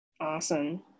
Awesome